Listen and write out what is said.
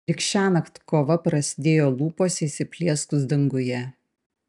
lyg šiąnakt kova prasidėjo lūpose įsiplieskus danguje